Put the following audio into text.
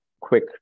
quick